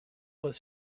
was